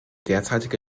derzeitige